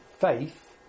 faith